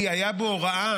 כי הייתה בו הוראה,